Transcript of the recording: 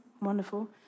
Wonderful